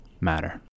Matter